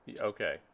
Okay